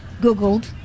googled